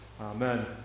Amen